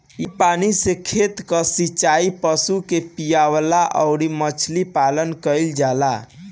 इ पानी से खेत कअ सिचाई, पशु के पियवला अउरी मछरी पालन कईल जाला